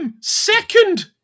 second